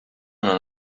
non